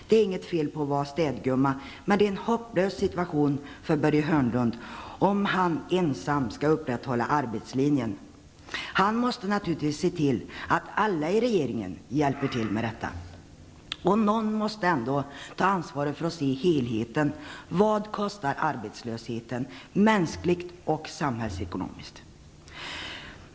Det är inget fel på att vara städgumma, Men det är en hopplös situation för Börje Hörnlund om han ensam skall upprätthålla arbetslinjen. Han måste naturligtvis se till att alla i regeringen hjälper till med detta. Någon måste ju ta ansvar för att se till helheten. Vad kostar arbetslösheten mänskligt och samhällsekonomiskt?